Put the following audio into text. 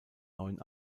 neuen